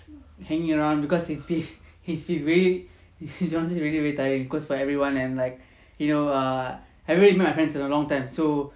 hanging around because it's been it's been way honestly speaking very tiring because for everyone and like you know err haven't meet my friends in a long time so